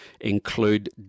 include